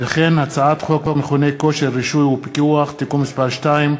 הצעת חוק מכוני כושר (רישוי ופיקוח) (תיקון מס' 2),